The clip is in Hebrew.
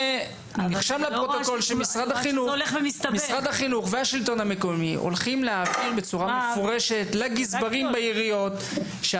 משרד החינוך והשלטון המקומי הולכים להעביר לגזברים בעיריות,